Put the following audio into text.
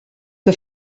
que